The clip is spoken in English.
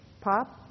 pop